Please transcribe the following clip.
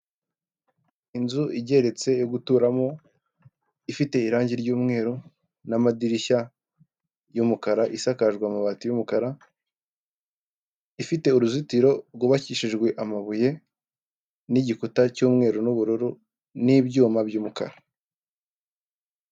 Inzu igeretse yo guturamo, ifite irangi ry'umweru n'amadirishya y'umukara, isakajwe amabati y'umukara, ifite uruzitiro rwubakishijwe amabuye, n'igikuta cy'umweru n'ubururu, n'ibyuma by'umukara.